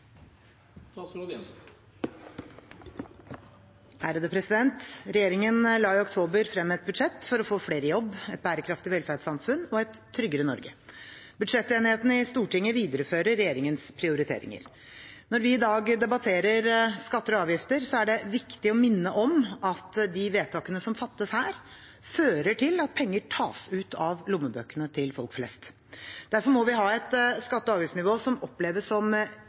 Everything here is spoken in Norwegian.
Regjeringen la i oktober frem et budsjett for flere i jobb, et bærekraftig velferdssamfunn og et tryggere Norge. Budsjettenigheten i Stortinget viderefører regjeringens prioriteringer. Når vi i dag debatterer skatter og avgifter, er det viktig å minne om at vedtakene som fattes her, fører til at penger tas ut av lommebøkene til folk flest. Derfor må vi ha et skatte- og avgiftsnivå som oppleves som